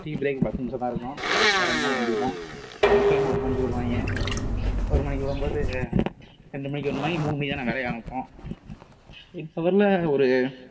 tea break பத்து நிமிஷம் தான் இருக்கும் அரை மணி நேரம் குந்திருவோம் லன்ச் டைம் ஒரு மணிக்கு விடுவாங்க ஒரு மணிக்கு விடும் போது ரெண்டு மணிக்கு வந்துரும்பாய்ங்க மூணு மணிக்கு தான் நாங்கள் வேலையே ஆரம்பிப்போம் இப்போ வரலு ஒரு